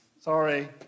Sorry